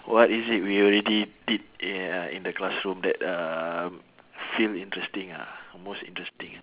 what is it we already did in uh in the classroom that uh feel interesting ah most interesting